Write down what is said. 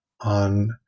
on